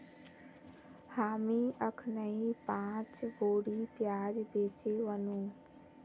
हामी अखनइ पांच बोरी प्याज बेचे व नु